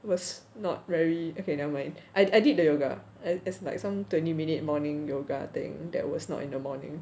was not very okay never mind I did the yoga and is like some twenty minute morning yoga thing that was not in the morning